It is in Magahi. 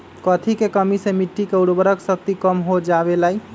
कथी के कमी से मिट्टी के उर्वरक शक्ति कम हो जावेलाई?